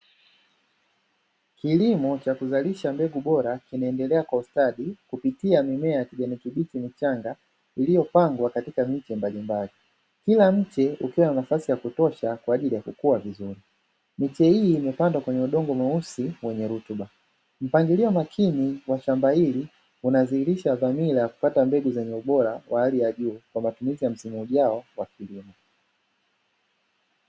Kilimo cha kuzalisha mbegu bora kinaendelea kwa ustadi kupitia mimea ya kijani kibichi michanga iliyopangwa katika miche mbalimbali. Kila mche ukiwa na nafasi ya kutosha kwa ajili ya kukua vizuri, miche hii imepandwa kwenye udongo mweusi wenye rutuba mpangilio makini wa shamba hili unadhihirisha dhamira za kupata mbegu zenye ubora wa hali ya juu kwa matumizi ya msimu ujao wa kilimo.